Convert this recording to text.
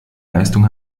leistung